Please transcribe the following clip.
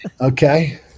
Okay